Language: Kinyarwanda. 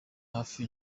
hafi